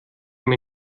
mir